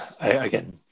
again